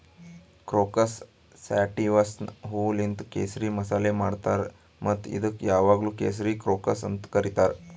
crocus ಸ್ಯಾಟಿವಸ್ನ ಹೂವೂಲಿಂತ್ ಕೇಸರಿ ಮಸಾಲೆ ಮಾಡ್ತಾರ್ ಮತ್ತ ಇದುಕ್ ಯಾವಾಗ್ಲೂ ಕೇಸರಿ ಕ್ರೋಕಸ್ ಅಂತ್ ಕರಿತಾರ್